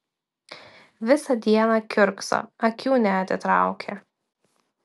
visą dieną kiurkso akių neatitraukia